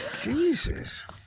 Jesus